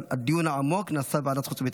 אבל הדיון העמוק נעשה בוועדת החוץ והביטחון.